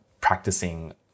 practicing